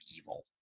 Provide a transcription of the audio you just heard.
evil